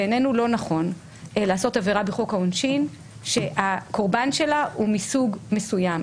בעינינו לא נכון לעשות עבירה בחוק העונשין שהקורבן שלה הוא מסוג מסוים.